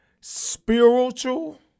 spiritual